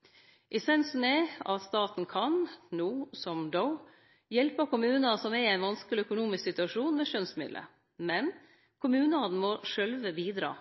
er at staten kan – no som då – hjelpe kommunar som er i ein vanskeleg økonomisk situasjon, med skjønsmidlar. Men kommunane må sjølve bidra.